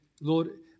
Lord